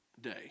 day